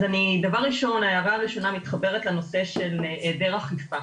ההערה הראשונה מתחברת לנושא של העדר אכיפה.